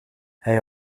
hij